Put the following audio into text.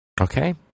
Okay